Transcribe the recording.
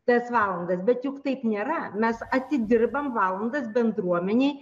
tas valandas bet juk taip nėra mes atidirbam valandas bendruomenei